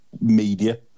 media